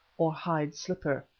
or hide slipper.